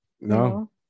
no